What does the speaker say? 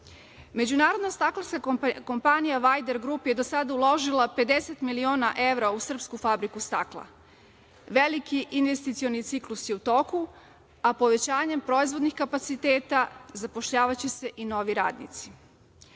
Međunarodno staklarska kompanija „Vajder group“ je do sada uložila 50 miliona evra u srpsku fabriku stakla. Veliki investicioni ciklus je u toku, a povećanjem proizvodnih kapaciteta zapošljavaće se i novi radnici.U